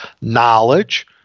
knowledge